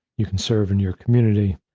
you can serve in your community,